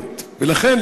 ולכן,